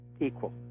equal